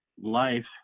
life